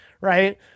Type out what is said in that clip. Right